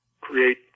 create